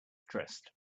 dressed